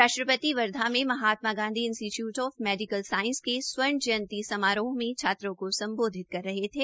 राष्ट्रपति वर्धा में महात्मा गांधी इंस्टिचिउट ऑफ मेडिकल साईस के स्वर्ण जयंती समारोह में छात्रों को संबोधित कर रहे थे